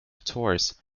tours